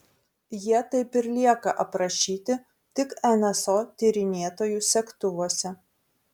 jie taip ir lieka aprašyti tik nso tyrinėtojų segtuvuose